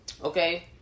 Okay